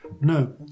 No